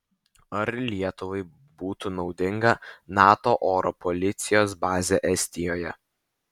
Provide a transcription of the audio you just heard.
ar lietuvai būtų naudinga nato oro policijos bazė estijoje